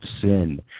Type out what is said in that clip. sin